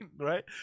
Right